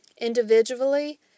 Individually